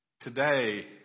today